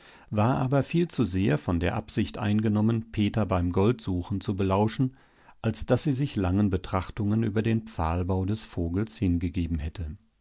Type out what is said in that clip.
war aber viel zu sehr von der absicht eingenommen peter beim goldsuchen zu belauschen als daß sie sich langen betrachtungen über den pfahlbau des vogels hingegeben hätte